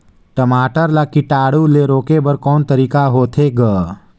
टमाटर ला कीटाणु ले रोके बर को तरीका होथे ग?